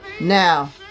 Now